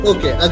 Okay